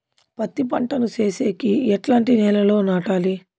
పత్తి పంట ను సేసేకి ఎట్లాంటి నేలలో నాటాలి?